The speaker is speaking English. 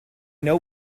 know